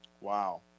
Wow